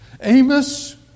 Amos